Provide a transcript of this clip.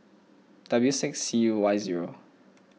W six C U Y zero